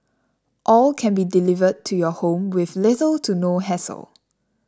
all can be delivered to your home with little to no hassle